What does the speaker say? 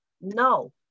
No